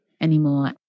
anymore